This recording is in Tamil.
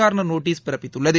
கார்னர் நோட்டிஸ் பிறப்பித்துள்ளது